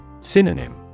Synonym